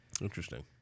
Interesting